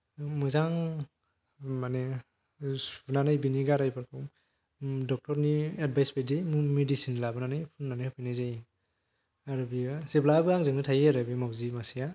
मोजां माने सुनानै बिनि गारायफोरखौ ड'क्टर नि एडभायस बायदि मेडिसिन लाबोनानै फोननानै होफैनाय जायो आरो बियो जेब्लायबो आंजोंनो थायो आरो बे माउजि मासेया